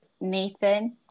Nathan